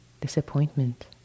disappointment